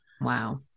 Wow